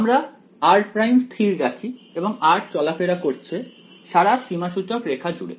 আমরা r' স্থির রাখি এবং r চলাফেরা করছে সারা সীমাসূচক রেখা জুড়ে